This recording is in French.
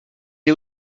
est